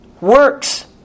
works